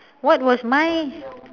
what was my